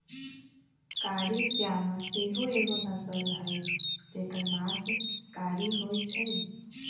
कारी श्यामा सेहो एगो नस्ल हई जेकर मास कारी होइ छइ